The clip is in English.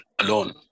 alone